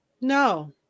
No